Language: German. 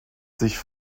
sich